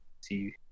see